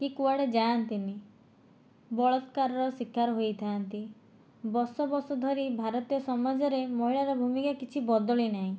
କି କୁଆଡ଼େ ଯାଆନ୍ତି ନାହିଁ ବଳାତ୍କାରର ଶିକାର ହୋଇଥାନ୍ତି ବର୍ଷ ବର୍ଷ ଧରି ଭାରତୀୟ ସମାଜରେ ମହିଳାର ଭୂମିକା କିଛି ବଦଳି ନାହିଁ